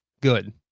Good